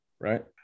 right